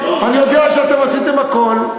אני יודע שאתם עשיתם הכול,